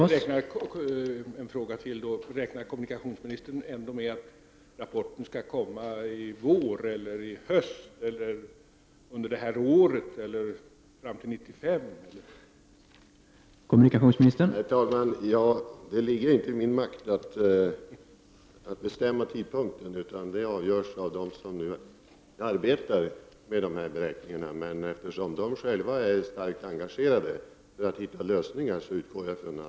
Ytterligare en fråga: Räknar kommunikationsministern med att rapporten ändå skall komma i vår, eller skall den komma i höst, under det här året eller under tiden fram till 1995?